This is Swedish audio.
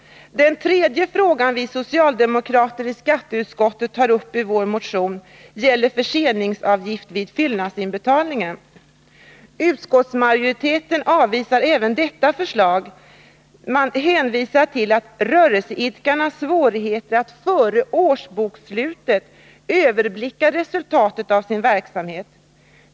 Den tredje fråga som vi socialdemokrater i skatteutskottet tar upp i vår motion gäller förseningsavgift vid fyllnadsinbetalningen. Utskottsmajoriteten avvisar även detta förslag. Man hänvisar till rörelseidkarnas svårighet att före årsbokslutet överblicka resultatet av sin verksamhet.